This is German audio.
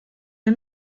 den